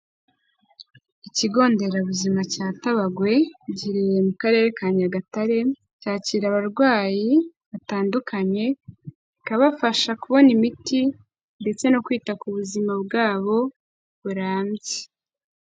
Ikigo nderabuzima cya Tabagwe giherereye mu karere ka Nyagatare cyakira abarwayi batandukanye bikabafasha kubona imiti ndetse no kwita ku buzima bwabo burambye.